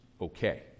okay